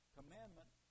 commandment